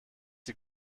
die